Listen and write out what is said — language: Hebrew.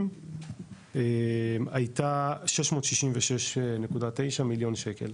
הייתה 666.9 מיליון שקל,